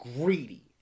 greedy